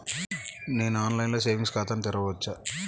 నేను ఆన్లైన్లో సేవింగ్స్ ఖాతాను తెరవవచ్చా?